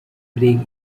brig